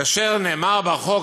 כאשר נאמר בחוק